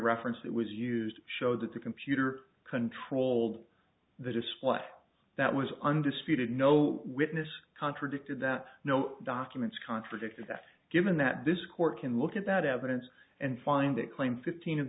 reference that was used showed that the computer controlled the display that was undisputed no witness contradicted that no documents contradicted that given that this court can look at that evidence and find that claim fifteen of